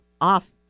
off